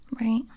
Right